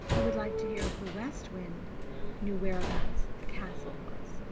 would like to hear if the west wind knew whereabout the castle was.